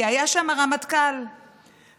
כי הרמטכ"ל היה שם,